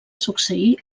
succeir